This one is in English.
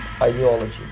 ideology